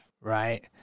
Right